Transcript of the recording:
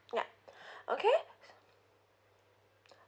yup okay